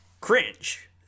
Cringe